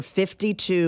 52